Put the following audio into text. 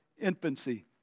infancy